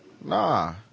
Nah